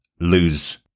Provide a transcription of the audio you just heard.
lose